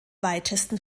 weitesten